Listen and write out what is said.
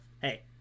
hey